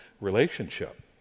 relationship